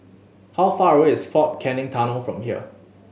how far away is Fort Canning Tunnel from here